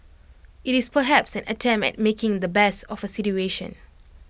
IT is perhaps an attempt at making the best of A situation